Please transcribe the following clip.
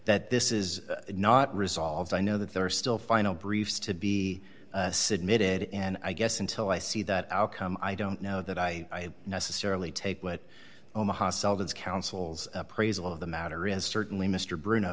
that this is not resolved i know that there are still final briefs to be submitted and i guess until i see that outcome i don't know that i necessarily take what omaha seldon's council's appraisal of the matter is certainly mr bruno